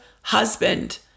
husband